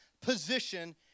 position